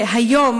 שהיום,